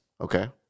Okay